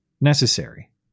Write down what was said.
necessary